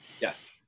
yes